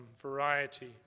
variety